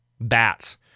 bats